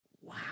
wow